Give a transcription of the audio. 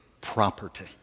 property